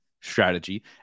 strategy